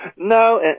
No